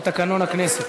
לתקנון הכנסת.